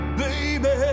baby